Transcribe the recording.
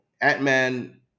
ant-man